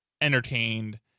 entertained